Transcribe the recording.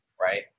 right